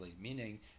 meaning